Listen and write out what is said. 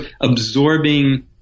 absorbing